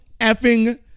effing